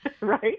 Right